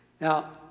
Now